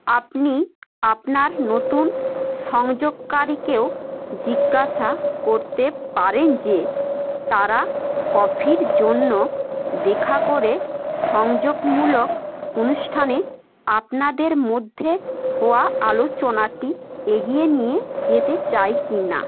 আপনি আপনার নতুন সংযোগকারীকেও জিজ্ঞাসা করতে পারেন যে তারা কফির জন্য দেখা করে সংযোগমূলক অনুষ্ঠানে আপনাদের মধ্যে হওয়া আলোচনাটি এগিয়ে নিয়ে যেতে চায় কি না